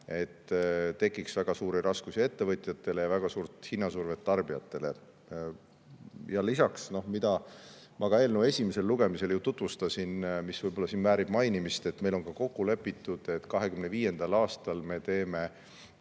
et tekiks väga suuri raskusi ettevõtjatele ja väga suurt hinnasurvet tarbijatele. Lisaks see, mida ma ka eelnõu esimesel lugemisel tutvustasin ja mis väärib mainimist: meil on kokku lepitud, et 2025. aastal teeme